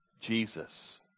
Jesus